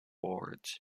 wards